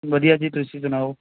ਵਧੀਆ ਜੀ ਤੁਸੀਂ ਸੁਣਾਓ